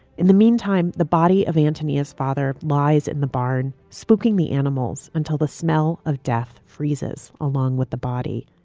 in the meantime, the body of antonia's father lies in the barn, spooking the animals until the smell of death freezes. along with the body